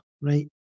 right